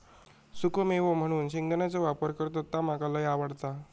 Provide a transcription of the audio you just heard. सुखो मेवो म्हणून शेंगदाण्याचो वापर करतत ता मका लय आवडता